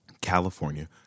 California